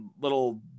little